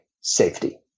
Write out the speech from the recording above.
safety